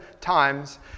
times